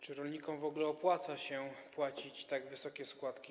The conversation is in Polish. Czy rolnikom w ogóle opłaca się płacić tak wysokie składki?